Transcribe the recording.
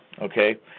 okay